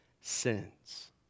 sins